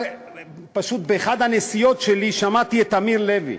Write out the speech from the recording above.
פשוט באחת הנסיעות שלי שמעתי את אמיר לוי,